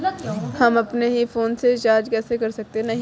हम अपने ही फोन से रिचार्ज कैसे कर सकते हैं?